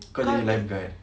kau jadi lifeguard